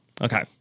Okay